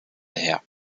her